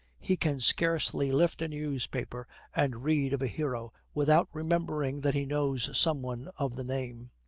he can scarcely lift a newspaper and read of a hero without remembering that he knows some one of the name.